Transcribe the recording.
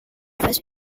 faces